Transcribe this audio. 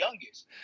youngest